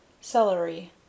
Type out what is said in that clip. celery